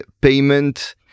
payment